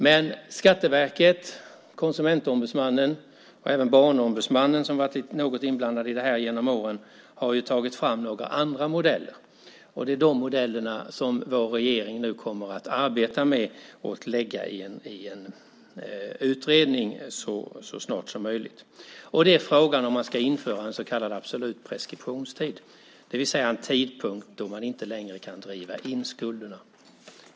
Men Skatteverket, Konsumentombudsmannen och även Barnombudsmannen, som varit något lite inblandad i det här genom åren, har tagit fram några andra modeller. Det är de modellerna som vår regering nu kommer att arbeta med och lägga i en utredning så snart som möjligt. Det är fråga om man ska införa en så kallad absolut preskriptionstid, det vill säga en tidpunkt då man inte längre kan driva in skulderna.